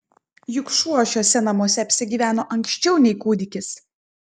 juk šuo šiuose namuose apsigyveno anksčiau nei kūdikis